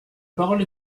parole